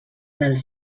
dels